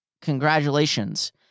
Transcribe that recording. congratulations